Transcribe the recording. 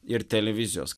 ir televizijos